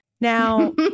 Now